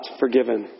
forgiven